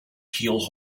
keel